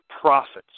profits